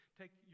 take